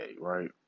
right